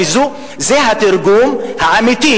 וזה התרגום האמיתי,